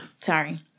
Sorry